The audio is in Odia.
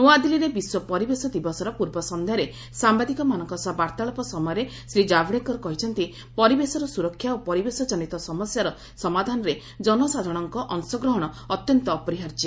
ନୂଆଦିଲ୍ଲୀରେ ବିଶ୍ୱ ପରିବେଶ ଦିବସର ପୂର୍ବ ସନ୍ଧ୍ୟାରେ ସାମ୍ବାଦିକମାନଙ୍କ ସହ ବାର୍ତ୍ତାଳପ ସମୟରେ ଶ୍ରୀ କାଭଡେକର କହିଛନ୍ତି ପରିବେଶର ସୁରକ୍ଷା ଓ ପରିବେଶ ଜନିତ ସମସ୍ୟାର ସମାଧାନରେ ଜନସାଧାରଣଙ୍କ ଅଂଶଗ୍ରହଣ ଅତ୍ୟନ୍ତ ଅପରିହାର୍ଯ୍ୟ